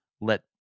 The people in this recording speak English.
let